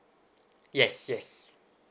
yes yes